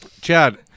chad